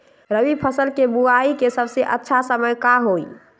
रबी फसल के बुआई के सबसे अच्छा समय का हई?